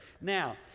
Now